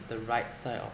the right side of